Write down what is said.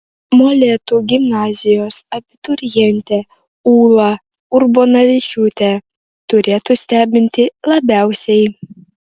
molėtų gimnazijos abiturientė ūla urbonavičiūtė turėtų stebinti labiausiai